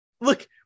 look